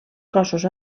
cossos